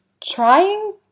trying